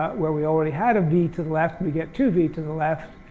where we already had a v to the left, we get two v to the left.